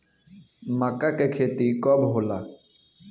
मक्का के खेती कब होला?